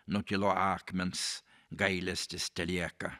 nutilo akmens gailestis telieka